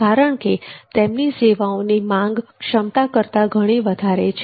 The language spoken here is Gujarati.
કારણ કે તેમની સેવાઓને માંગ ક્ષમતા કરતાં ઘણી વધારે છે